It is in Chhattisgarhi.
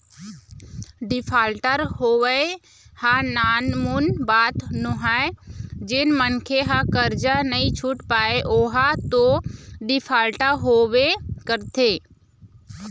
डिफाल्टर होवई ह नानमुन बात नोहय जेन मनखे ह करजा नइ छुट पाय ओहा तो डिफाल्टर होबे करथे